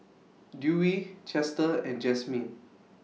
Dewey Chester and Jazmin